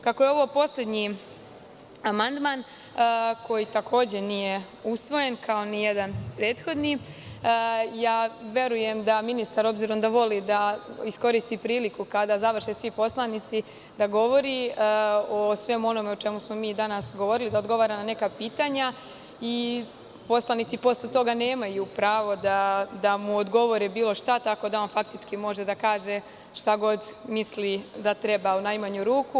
Kako je ovo poslednji amandman koji takođe nije usvojen, kao nijedan prethodni, verujem da ministar, obzirom da voli da iskoristi priliku kada završe svi poslanici da govori o svemu onome o čemu smo mi danas govorili, da odgovara na neka pitanja i poslanici posle toga nemaju pravo da mu odgovore bilo šta, tako da on faktički može da kaže šta god misli da treba u najmanju ruku.